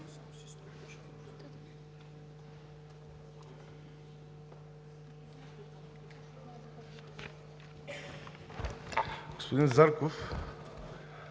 господин Марков